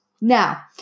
Now